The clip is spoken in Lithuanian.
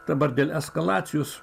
dabar dėl eskalacijos